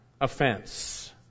offense